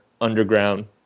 underground